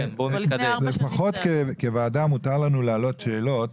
לפחות כוועדה מותר לנו להעלות שאלות.